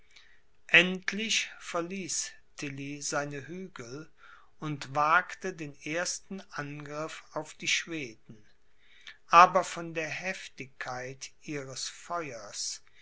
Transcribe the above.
endlich verließ tilly seine hügel und wagte den ersten angriff auf die schweden aber von der heftigkeit ihres feuers